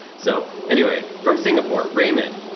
so anyway, from singapore, raymond.